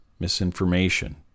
misinformation